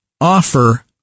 offer